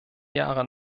jahre